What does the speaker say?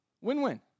Win-win